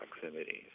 proximity